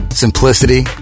Simplicity